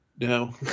No